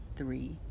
three